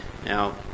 Now